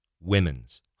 women's